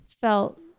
felt